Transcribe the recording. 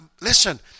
listen